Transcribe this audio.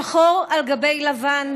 שחור על גבי לבן,